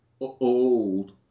old